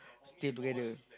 stay together